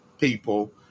people